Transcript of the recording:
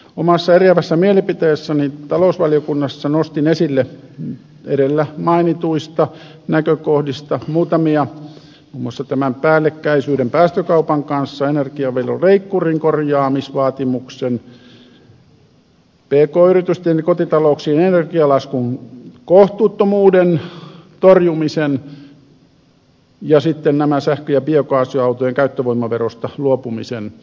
omassa eriävässä mielipiteessäni talousvaliokunnassa nostin esille edellä mainituista näkökohdista muutamia muun muassa päällekkäisyyden päästökaupan kanssa energiaveroleikkurin korjaamisvaatimuksen pk yritysten ja kotitalouksien energialaskun kohtuuttomuuden torjumisen ja sitten sähkö ja biokaasuautojen käyttövoimaverosta luopumisen